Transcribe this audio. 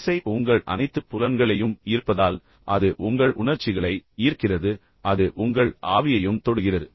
இசை உங்கள் அனைத்து புலன்களையும் ஈர்ப்பதால் அது உங்கள் உணர்ச்சிகளை ஈர்க்கிறது அது உங்கள் ஆவியையும் தொடுகிறது